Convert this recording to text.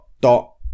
dot